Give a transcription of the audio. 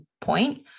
point